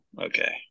okay